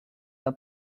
the